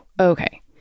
okay